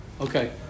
okay